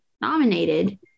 nominated